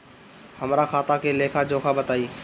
हमरा खाता के लेखा जोखा बताई?